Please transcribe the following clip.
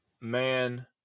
man